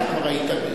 אתה כבר היית,